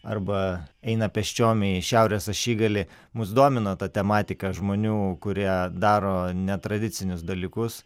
arba eina pėsčiom į šiaurės ašigalį mus domino ta tematika žmonių kurie daro netradicinius dalykus